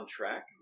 Track